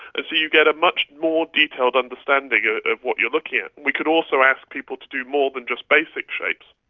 ah so you get a much more detailed understanding ah of what you're looking at. we could also ask people to do more than just basic shapes,